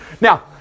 Now